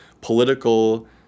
political